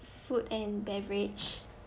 food and beverage